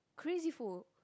crazy full